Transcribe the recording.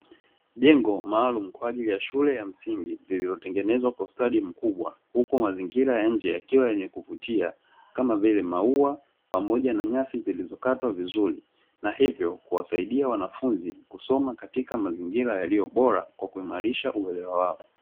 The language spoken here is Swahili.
Jengo maalum kwa ajili ya shule ya msingi lililotengenezwa kwa ustadi mkubwa, huku mazingira ya nje yakiwa yenye kuvutia kama vile; maua pamoja na nyasi zilizokatwa vizuri na hivyo kuwasaidia wanafunzi kusoma katika mazingira yaliyo bora kwa kuimarisha uelewa wao.